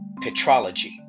petrology